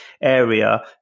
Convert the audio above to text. area